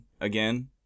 again